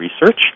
research